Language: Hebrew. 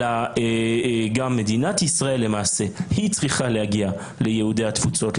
אלא גם מדינת ישראל למעשה צריכה להגיע ליהודי התפוצות,